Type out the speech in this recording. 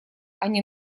они